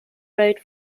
wrote